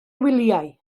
wyliau